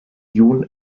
jun